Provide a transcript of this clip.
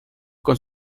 con